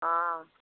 অঁ